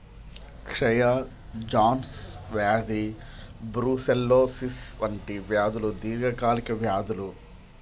క్షయ, జాన్స్ వ్యాధి బ్రూసెల్లోసిస్ వంటి వ్యాధులు దీర్ఘకాలిక వ్యాధులు